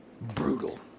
Brutal